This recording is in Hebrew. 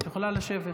את יכולה לשבת.